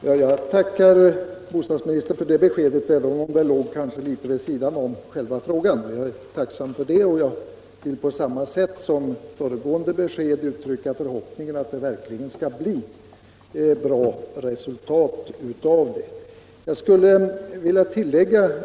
Herr talman! Jag tackar bostadsministern för det besked han gav mig, trots att detta problem kanske ligger vid sidan av min fråga. Jag vill även när det gäller detta besked uttrycka förhoppningen att de föreslagna åtgärderna skall leda till bra resultat för hyresgästerna.